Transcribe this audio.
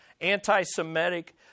anti-Semitic